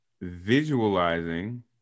visualizing